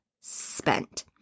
spent